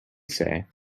say